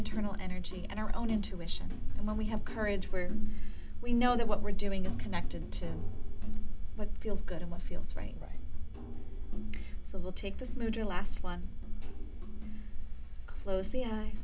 internal energy and our own intuition and when we have courage where we know that what we're doing is connected to what feels good in what feels right right so we'll take this move your last one closely i